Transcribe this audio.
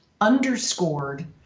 underscored